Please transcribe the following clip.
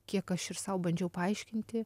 kiek aš ir sau bandžiau paaiškinti